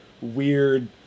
weird